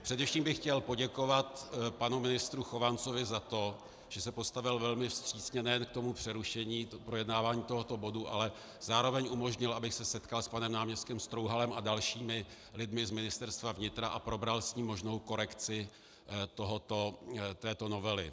Především bych chtěl poděkovat panu ministru Chovancovi za to, že se postavil velmi vstřícně nejen k tomu přerušení projednávání tohoto bodu, ale zároveň umožnil, abych se setkal s panem náměstkem Strouhalem a dalšími lidmi z Ministerstva vnitra a probral s nimi možnou korekci této novely.